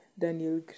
daniel